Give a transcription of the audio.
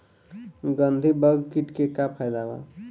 गंधी बग कीट के का फायदा बा?